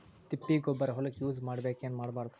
ತಿಪ್ಪಿಗೊಬ್ಬರ ಹೊಲಕ ಯೂಸ್ ಮಾಡಬೇಕೆನ್ ಮಾಡಬಾರದು?